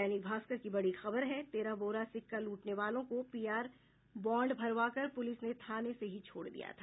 दैनिक भास्कर की बड़ी खबर है तेरह बोरा सिक्का लूटने वालों को पीआर बांड भरवाकर पुलिस ने थाने से ही छोड़ दिया था